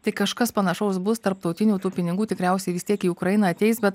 tai kažkas panašaus bus tarptautinių tų pinigų tikriausiai vis tiek į ukrainą ateis bet